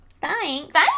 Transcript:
thanks